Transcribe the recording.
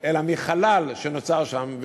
אלא מחלל שנוצר שם,